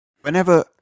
whenever